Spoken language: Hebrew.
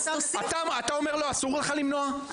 אתה אומר לו: אסור לך למנוע?